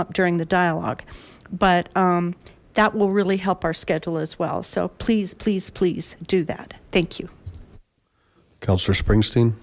up during the dialogue but that will really help our schedule as well so please please please do that thank you telstra springsteen